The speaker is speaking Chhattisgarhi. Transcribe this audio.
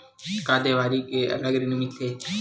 का देवारी के अलग ऋण मिलथे?